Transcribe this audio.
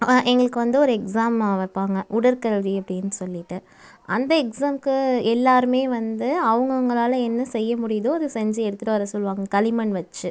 எங்களுக்கு வந்து ஒரு எக்ஸாம் வைப்பாங்க உடற்கல்வி அப்படின்னு சொல்லிட்டு அந்த எக்ஸாம்க்கு எல்லாருமே வந்து அவங்கவுங்களால என்ன செய்ய முடியுதோ அதை செஞ்சு எடுத்துகிட்டு வர சொல்லுவாங்க களிமண் வச்சு